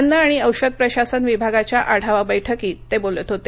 अन्न आणि औषध प्रशासन विभागाच्या आढावा बैठकीत बोलत होते